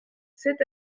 sept